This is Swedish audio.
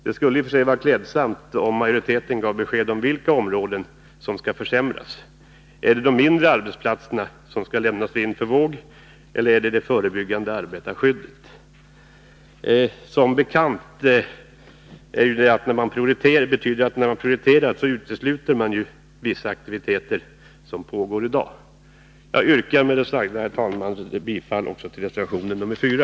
Det skulle vara klädsamt om majoriteten gav besked om vilka områden som skall försämras. Är det de mindre arbetsplatserna som skall lämnas vind för våg, eller är det det förebyggande arbetarskyddet? Som bekant betyder att prioritera att man utesluter vissa aktiviteter som pågår i dag. Herr talman! Jag yrkar med det sagda bifall också till reservation 4.